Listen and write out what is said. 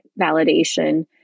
validation